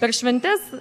per šventes